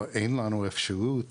אבל אין לנו אפשרות